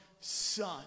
Son